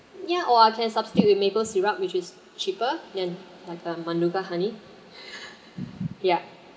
yeah or I can substitute with maple syrup which is cheaper then like a manuka honey ya